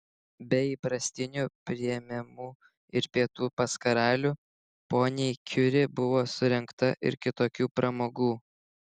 be įprastinių priėmimų ir pietų pas karalių poniai kiuri buvo surengta ir kitokių pramogų